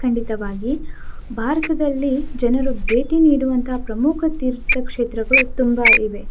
ಖಂಡಿತವಾಗಿ ಭಾರತದಲ್ಲಿ ಜನರು ಭೇಟಿ ನೀಡುವಂತಹ ಪ್ರಮುಖ ತೀರ್ಥಕ್ಷೇತ್ರಗಳು ತುಂಬ ಇವೆ